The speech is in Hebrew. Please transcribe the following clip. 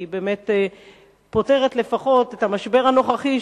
כי באמת היא פותרת לפחות את המשבר הנוכחי,